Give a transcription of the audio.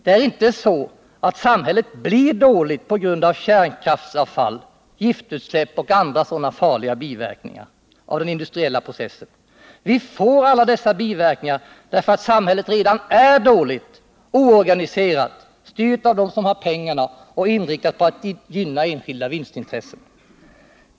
Det är inte så att samhället blir dåligt på grund av kärnkraftsavfall, giftutsläpp och andra farliga biverkningar av den industriella processen, utan alla dessa biverkningar uppkommer därför att samhället redan är dåligt: oorganiserat, styrt av dem som har pengarna och inriktat på att gynna enskilda vinstintressen.